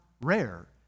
rare